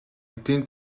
эдийн